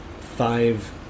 five